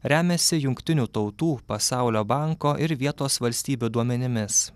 remiasi jungtinių tautų pasaulio banko ir vietos valstybių duomenimis